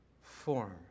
form